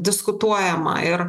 diskutuojama ir